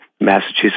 Massachusetts